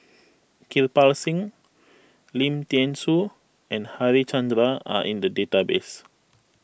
Kirpal Singh Lim thean Soo and Harichandra are in the database